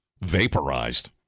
vaporized